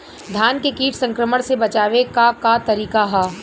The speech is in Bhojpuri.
धान के कीट संक्रमण से बचावे क का तरीका ह?